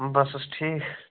بَس حظ ٹھیٖک